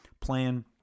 plan